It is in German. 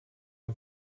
ein